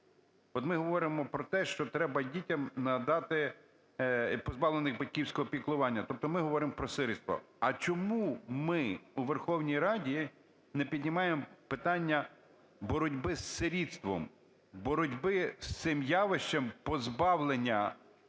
От ми говоримо про те, що треба дітям надати… позбавленим батьківського піклування, тобто ми говоримо про сирітство. А чому ми у Верховній Раді не піднімаємо питання боротьби з сирітством, боротьби з цим явищем – позбавлення